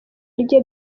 rye